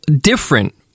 different